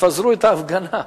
תפזרו את ההפגנה.